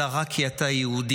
אלא רק כי אתה יהודי,